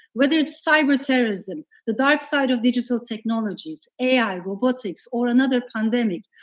whether it's cyberterrorism, the dark side of digital technologies, ai, robotics, or another pandemic,